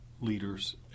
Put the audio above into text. leaders